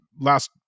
last